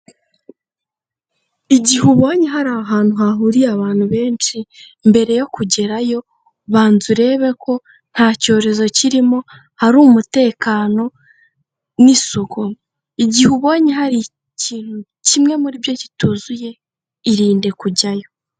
Igihe ubonye hari ahantu hahuriye abantu benshi, mbere yo kugerayo banza urebe ko nta cyorezo kirimo hari umutekano n'isuku, igihe ubonye hari ikintu kimwe muri byo kituzuye irinde kujyayo.